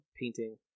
painting